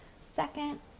Second